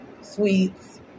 sweets